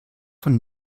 von